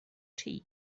tea